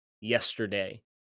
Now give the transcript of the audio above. yesterday